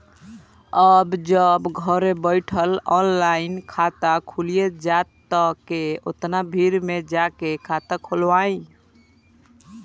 अब जब घरे बइठल ऑनलाइन खाता खुलिये जाता त के ओतना भीड़ में जाके खाता खोलवाइ